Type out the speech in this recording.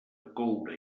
coure